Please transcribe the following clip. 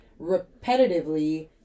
repetitively